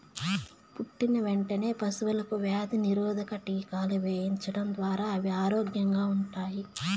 పుట్టిన వెంటనే పశువులకు వ్యాధి నిరోధక టీకాలు వేయించడం ద్వారా అవి ఆరోగ్యంగా ఉంటాయి